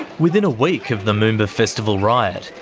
within a week of the moomba festival riot,